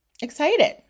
excited